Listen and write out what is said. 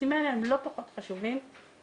הנושאים האלה הם לא פחות חשובים בוודאי